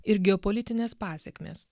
ir geopolitinės pasekmės